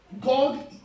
God